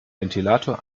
ventilator